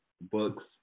books